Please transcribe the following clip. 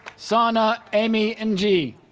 sohna amie and njie